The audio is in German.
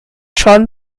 schon